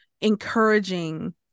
encouraging